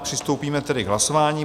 Přistoupíme tedy k hlasování.